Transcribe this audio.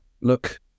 look